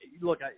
look